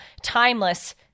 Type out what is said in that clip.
*Timeless*